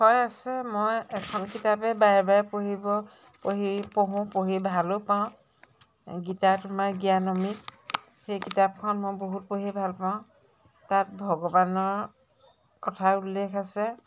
হয় আছে মই এখন কিতাপে বাৰে বাৰে পঢ়িব পঢ়ি পঢ়োঁ পঢ়ি ভালো পাওঁ গীতা তোমাৰ জ্ঞানমী সেই কিতাপখন মই বহুত পঢ়ি ভাল পাওঁ তাত ভগৱানৰ কথা উল্লেখ আছে